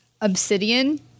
Obsidian